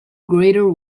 greater